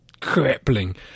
crippling